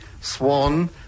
Swan